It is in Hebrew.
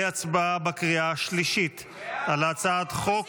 להצבעה בקריאה השלישית על הצעת חוק